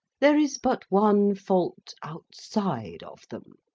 there is but one fault outside of them.